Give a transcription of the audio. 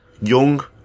Young